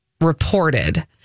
Reported